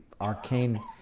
arcane